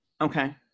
Okay